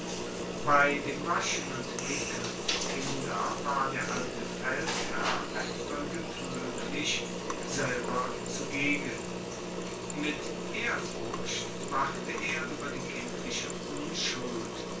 bei dem waschen und wickeln der kinder war der alte feldherr wenn irgend moeglich selber zugegen mit ehrfurcht wachte er ueber die kindliche unschuld